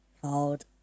called